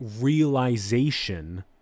realization